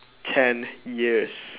ten years